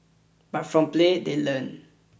but from play they learn